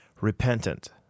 repentant